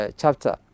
chapter